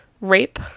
rape